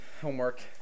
homework